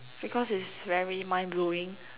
because is very mind blowing